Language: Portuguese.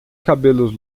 cabelos